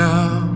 Now